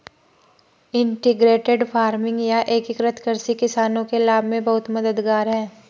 integrated farming या एकीकृत कृषि किसानों के लाभ में बहुत मददगार है